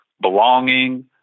belonging